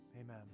Amen